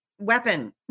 weapon